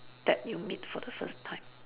that you meet for the first time